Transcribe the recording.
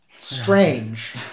strange